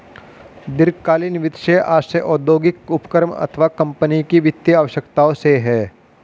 दीर्घकालीन वित्त से आशय औद्योगिक उपक्रम अथवा कम्पनी की वित्तीय आवश्यकताओं से है